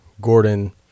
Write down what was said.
Gordon